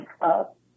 up